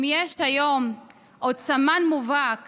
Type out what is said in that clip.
אם יש היום סמן מובהק